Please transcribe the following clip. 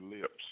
lips